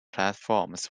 platforms